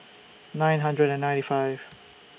nine hundred and ninety five